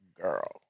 girl